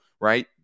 Right